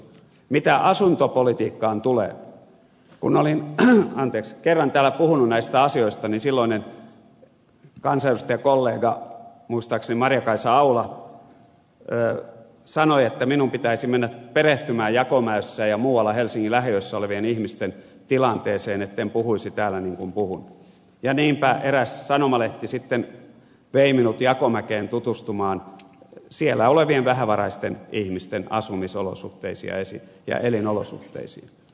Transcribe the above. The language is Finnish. mitä asuntopolitiikkaan tulee kun olin kerran täällä puhunut näistä asioista niin silloinen kansanedustajakollega muistaakseni maria kaisa aula sanoi että minun pitäisi mennä perehtymään jakomäessä ja muualla helsingin lähiöissä olevien ihmisten tilanteeseen etten puhuisi täällä niin kuin puhun ja niinpä eräs sanomalehti sitten vei minut jakomäkeen tutustumaan siellä olevien vähävaraisten ihmisten asumisolosuhteisiin ja elinolosuhteisiin